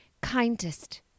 kindest